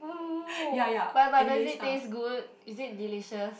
uh but but does it taste good is it delicious